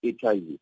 HIV